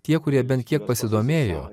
tie kurie bent kiek pasidomėjo